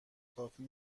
کافی